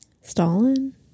Stalin